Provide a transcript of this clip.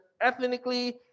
ethnically